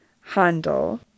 handle